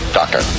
doctor